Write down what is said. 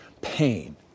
pain